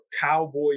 cowboy